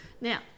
Now